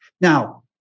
Now